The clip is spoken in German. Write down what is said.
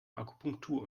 akupunktur